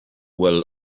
will